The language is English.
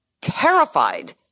terrified